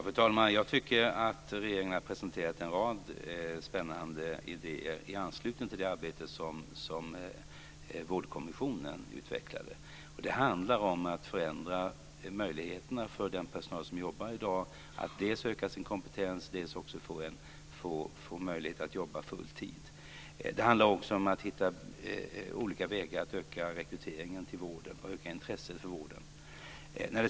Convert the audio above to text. Fru talman! Jag tycker att regeringen har presenterat en rad spännande idéer i anslutning till det arbete som Vårdkommissionen utvecklade. Det handlar om att förändra möjligheterna för den personal som jobbar i dag att dels söka sin kompetens, dels få möjlighet att jobba full tid. Det handlar också om att hitta olika vägar att öka rekryteringen till vården och öka intresset för vården.